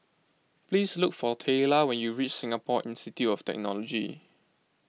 please look for Tayla when you reach Singapore Institute of Technology